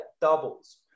doubles